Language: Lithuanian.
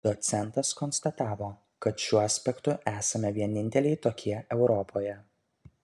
docentas konstatavo kad šiuo aspektu esame vieninteliai tokie europoje